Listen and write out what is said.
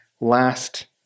last